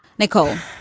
nicole.